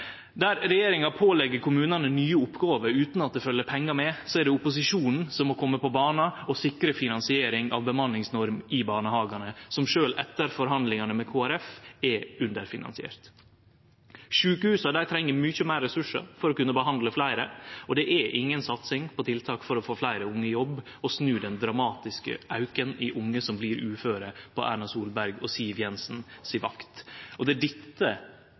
Der regjeringa pålegg kommunane nye oppgåver utan at det følgjer pengar med, er det opposisjonen som må kome på banen og sikre finansiering av bemanningsnorm i barnehagane, som sjølv etter forhandlingane med Kristeleg Folkeparti er underfinansiert. Sjukehusa treng mykje meir ressursar for å kunne behandle fleire, og det er inga satsing på tiltak for å få fleire unge i jobb og snu den dramatiske auken i talet på unge som blir uføre på Erna Solberg og Siv Jensen si vakt. Det er dette som er realitetane, og det er dette